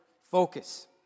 focus